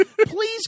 Please